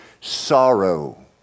sorrow